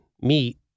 meat